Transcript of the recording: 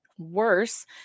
Worse